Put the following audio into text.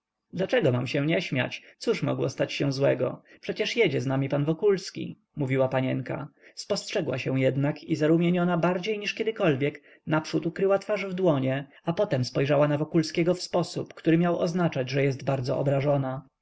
dlaczego nie mam się śmiać cóż mogło stać się złego przecież jedzie z nami pan wokulski mówiła panienka spostrzegła się jednak i zarumieniona bardziej niż kiedykolwiek naprzód ukryła twarz w dłonie a potem spojrzała na wokulskiego w sposób który miał oznaczać że jest bardzo obrażona